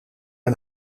hun